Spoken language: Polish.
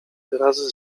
wyrazy